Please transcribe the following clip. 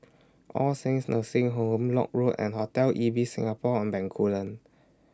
All Saints Nursing Home Lock Road and Hotel Ibis Singapore on Bencoolen